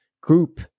group